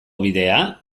bidea